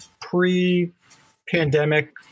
pre-pandemic